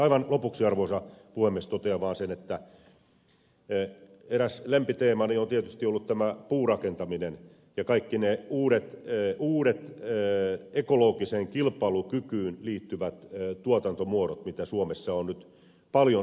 aivan lopuksi arvoisa puhemies totean vaan sen että eräs lempiteemani on tietysti ollut tämä puurakentaminen ja kaikki ne uudet ekologiseen kilpailukykyyn liittyvät tuotantomuodot mitä suomessa on nyt paljon oraalla